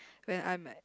when I am at